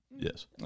Yes